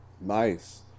Nice